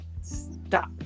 stop